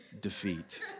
defeat